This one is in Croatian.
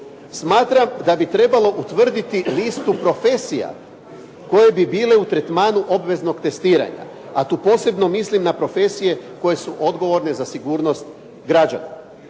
Smatram da bi trebalo utvrditi listu profesija koje bi bile u tretmanu obveznog testiranja, a tu posebno mislim na profesije koje su odgovorne za sigurnost građana.